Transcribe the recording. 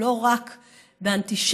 הוא לא רק אנטישמיות,